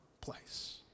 place